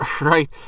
Right